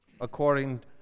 according